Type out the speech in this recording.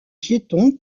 piéton